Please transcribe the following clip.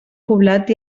poblat